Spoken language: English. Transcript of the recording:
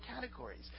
categories